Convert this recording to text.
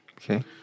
Okay